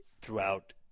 throughout